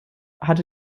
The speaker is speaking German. hatte